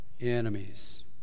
enemies